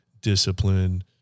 discipline